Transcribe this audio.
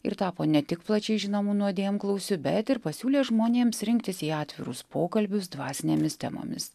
ir tapo ne tik plačiai žinomu nuodėmklausiu bet ir pasiūlė žmonėms rinktis į atvirus pokalbius dvasinėmis temomis